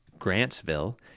Grantsville